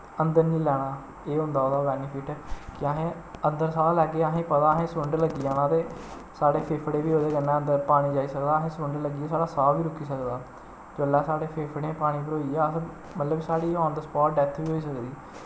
अंदर निं लैना एह् होंदा ओह्दा बैनिफिट के अहें अन्दर साह् लैगे अहें पता असें स्रुंड लग्गी जाना ते साढ़े फेफड़े बी ओह्दे कन्नै अन्दर पानी जाई सकदा असें स्रुंड लगी साढ़ा साह् बी रुकी सकदा जेल्लै साढ़े फेफड़े पानी भरोई गे असें मतलब साढ़ी आन दा स्पाट डैथ बी होई सकदी